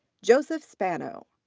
joseph spano.